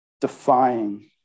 defying